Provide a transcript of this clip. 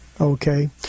Okay